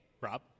Rob